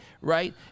right